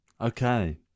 Okay